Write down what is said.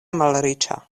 malriĉa